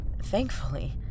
thankfully